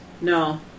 No